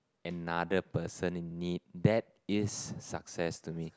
another person in need that is success to me